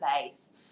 place